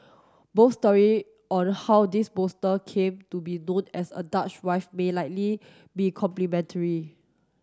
both story on how this bolster came to be known as a Dutch wife may likely be complementary